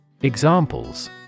Examples